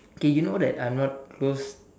okay you know that I'm not close